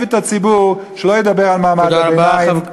את הציבור שלא ידבר על מעמד הביניים,